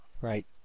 Right